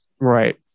right